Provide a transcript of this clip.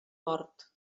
mort